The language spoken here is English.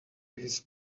his